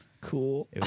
Cool